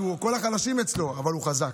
כי כל החלשים אצלו, אבל הוא חזק.